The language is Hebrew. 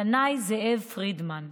דנאי זאב פרידמן,